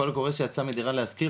הקול הקורא שיצא מ"דירה להשכיר",